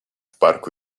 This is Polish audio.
parku